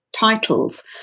Titles